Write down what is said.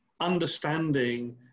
understanding